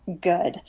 good